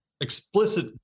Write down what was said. explicit